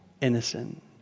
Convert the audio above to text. innocent